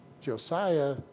Josiah